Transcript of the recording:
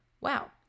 wow